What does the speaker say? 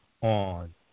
on